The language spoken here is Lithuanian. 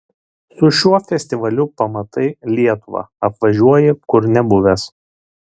su šiuo festivaliu pamatai lietuvą apvažiuoji kur nebuvęs